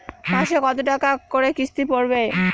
মাসে কত টাকা করে কিস্তি পড়বে?